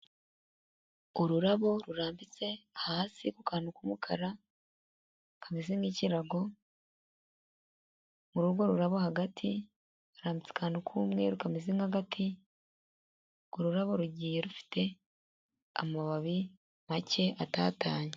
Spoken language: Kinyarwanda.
Ururabo rurambitse hasi ku kantu k' umukara kameze nk'ikirago, muri urwo rurabo hagati hari akantu k'umweru kameze nk'agati, urwo rurabo rugiye rufite amababi make atatanye.